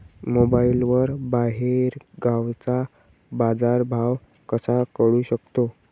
मोबाईलवर बाहेरगावचा बाजारभाव कसा कळू शकतो?